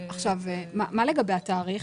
עכשיו מה לגבי התאריך?